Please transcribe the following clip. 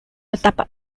etapas